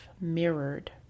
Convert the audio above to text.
mirrored